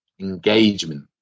engagement